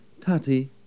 Tati